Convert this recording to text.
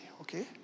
Okay